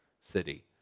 city